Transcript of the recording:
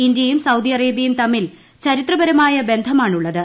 ഇന്ത്യയും സൌദിഅറേബൃയും തമ്മിൽ ചരിത്രപരമായ ബന്ധമാണുള്ളത്